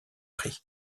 prix